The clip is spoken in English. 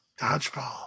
Dodgeball